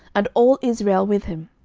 and all israel with him,